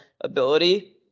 ability